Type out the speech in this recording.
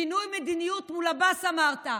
שינוי מדיניות מול עבאס, אמרת.